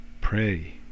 pray